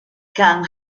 kang